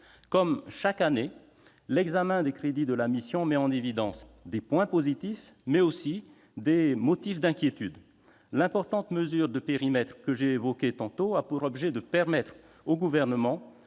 Comme chaque année, l'examen des crédits de la mission met en évidence des points positifs, mais aussi des motifs d'inquiétude. L'importante mesure de périmètre que j'ai évoquée a pour objet de permettre au Gouvernement